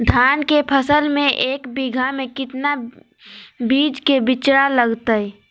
धान के फसल में एक बीघा में कितना बीज के बिचड़ा लगतय?